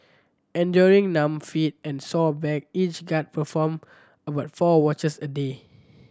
enduring numb feet and sore back each guard performed about four watches a day